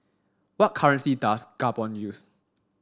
what currency does Gabon use